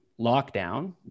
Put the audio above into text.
lockdown